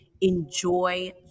enjoy